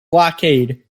blockade